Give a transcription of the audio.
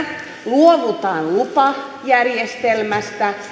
luovutaan lupajärjestelmästä